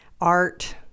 art